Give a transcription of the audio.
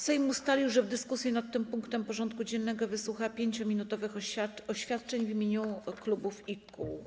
Sejm ustalił, że w dyskusji nad tym punktem porządku dziennego wysłucha 5-minutowych oświadczeń w imieniu klubów i kół.